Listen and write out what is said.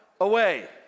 away